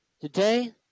Today